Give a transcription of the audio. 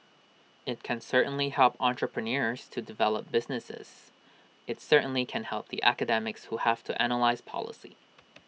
IT can certainly help entrepreneurs to develop businesses IT certainly can help the academics who have to analyse policy